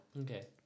Okay